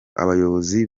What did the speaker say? abayobozi